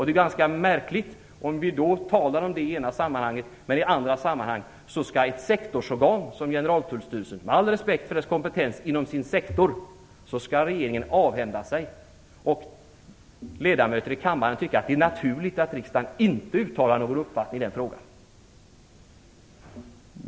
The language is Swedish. Det är ganska märkligt om vi talar om det i ena sammanhanget, men i andra sammanhang överlåter frågan på ett sektorsorgan som Generaltullstyrelsen, med all respekt för dess kompetens inom sin sektor. Regeringen avhänder sig frågan och ledamöter i kammaren skall tycka att det är naturligt att riksdagen inte uttalar någon uppfattning i frågan.